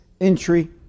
entry